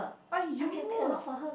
!aiyo!